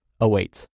awaits